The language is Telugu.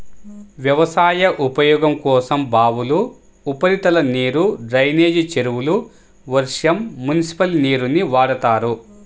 వ్యవసాయ ఉపయోగం కోసం బావులు, ఉపరితల నీరు, డ్రైనేజీ చెరువులు, వర్షం, మునిసిపల్ నీరుని వాడతారు